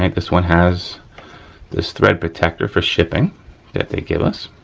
like this one has this thread protector for shipping that they give us.